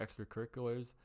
extracurriculars